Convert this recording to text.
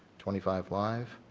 twenty five live,